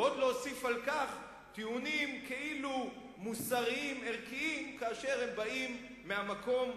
ועוד להוסיף על כך טיעונים כאילו מוסריים-ערכיים כאשר הם באים מהמקום,